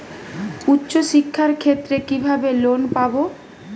উচ্চশিক্ষার ক্ষেত্রে কিভাবে লোন পাব?